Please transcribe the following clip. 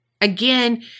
again